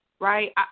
right